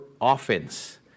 offense